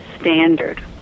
standard